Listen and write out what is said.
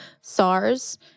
SARS